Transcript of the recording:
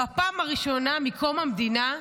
בפעם הראשונה מקום המדינה,